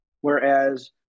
whereas